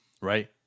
right